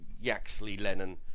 Yaxley-Lennon